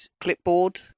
clipboard